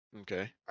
Okay